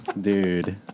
Dude